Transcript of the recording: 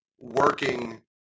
working